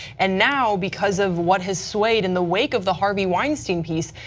and now because of what has weighed in the wake of the harvey weinstein piece,